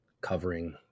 covering